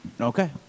Okay